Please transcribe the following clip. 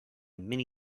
many